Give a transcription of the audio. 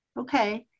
Okay